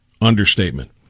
understatement